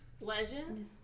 Legend